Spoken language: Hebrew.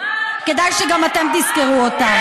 כדאי שגם אתם תזכרו אותם.